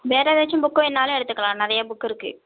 வேறு எதாச்சும் புக் வேணாலும் எடுத்துக்கலாம் நிறைய புக் இருக்கு